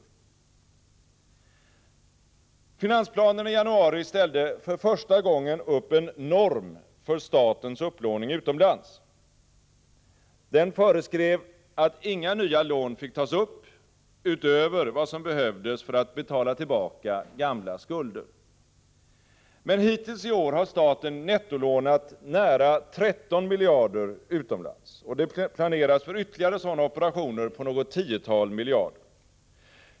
I finansplanen i januari ställdes det för första gången upp en norm för statens upplåning utomlands. Den föreskrev att inga nya lån fick tas upp utöver vad som behövdes för att betala tillbaka gamla skulder. Men hittills i år har staten nettolånat nära 13 miljarder utomlands, och det planeras för ytterligare sådana operationer på något tiotal miljarder.